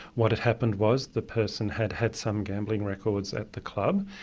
what had happened was the person had had some gambling records at the club,